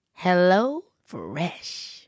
HelloFresh